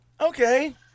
okay